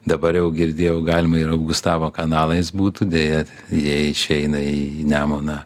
dabar jau girdėjau galima ir augustavo kanalais būtų deja jie išeina į nemuną